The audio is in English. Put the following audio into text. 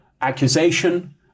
accusation